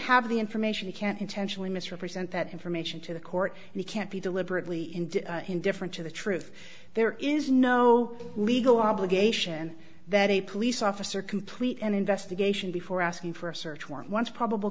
have the information he can't intentionally misrepresent that information to the court and he can't be deliberately indifferent to the truth there is no legal obligation that a police officer complete an investigation before asking for a search warrant once probable